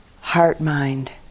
heart-mind